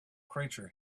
creature